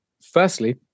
Firstly